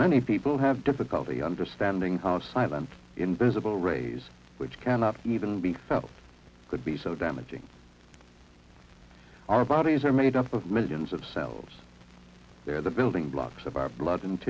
many people have difficulty understanding how silent invisible rays which cannot even be felt could be so damaging our bodies are made up of millions of cells there the building blocks of our blood and